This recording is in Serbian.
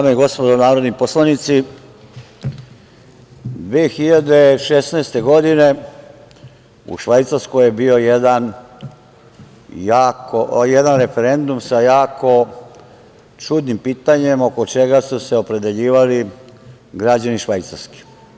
Dame i gospodo narodni poslanici, 2016. godine u Švajcarskoj je bio jedan referendum sa jako čudnim pitanjem oko čega su se opredeljivali građani Švajcarske.